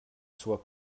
soit